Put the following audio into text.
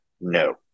No